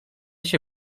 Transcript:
się